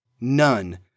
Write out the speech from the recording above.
None